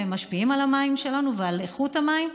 והם משפיעים על המים שלנו ועל איכות המים,